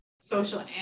social